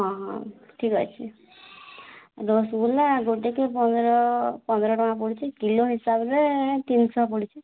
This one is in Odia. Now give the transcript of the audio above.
ହଁ ହଁ ଠିକ୍ ଅଛେ ରସ୍ଗୁଲା ଗୁଟେକେ ପନ୍ଦ୍ର ପନ୍ଦ୍ର ଟଙ୍କା ପଡ଼ୁଛେ କିଲୋ ହିସାବ୍ରେ ତିନିଶହ ପଡ଼ୁଛେ